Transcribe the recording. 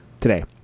today